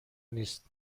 نیست